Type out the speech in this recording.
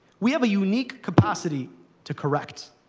we have a unique capacity to correct.